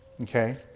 Okay